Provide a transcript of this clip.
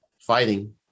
fighting